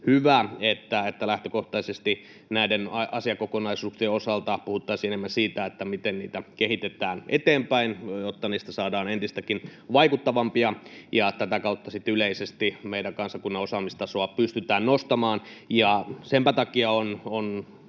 hyvä, että lähtökohtaisesti näiden asiakokonaisuuksien osalta puhuttaisiin enemmän siitä, miten niitä kehitetään eteenpäin, jotta niistä saadaan entistäkin vaikuttavampia ja tätä kautta sitten yleisesti meidän kansakunnan osaamistasoa pystytään nostamaan. Senpä takia on